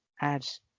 adds